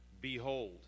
Behold